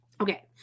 okay